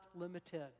limited